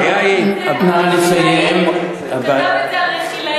הוא כתב את זה על רכילאית.